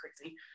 crazy